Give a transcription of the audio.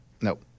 Nope